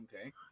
Okay